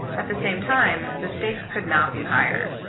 at the same time, the stakes could not be higher,